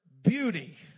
beauty